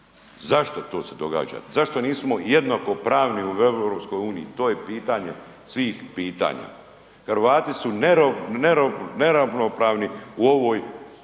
Zašto to se događa, zašto nismo jednakopravni u EU? To je pitanje svih pitanja. Hrvati su neravnopravni u ovoj